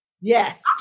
Yes